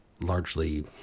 largely